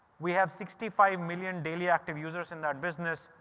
we have sixty five million daily active users in that business.